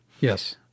yes